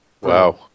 Wow